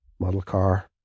Modelcar